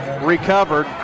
recovered